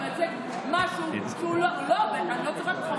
אני לא צוחקת איתך.